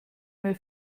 mehr